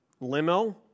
limo